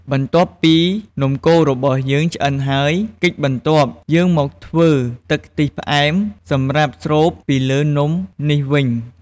បន្ទាប់ពីនំកូររបស់យើងឆ្អិនហើយ កិច្ចបន្ទាប់ យើងមកធ្វើទឹកខ្ទិះផ្អែមសម្រាប់ស្រូបពីលើនំនេះវិញ។